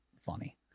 funny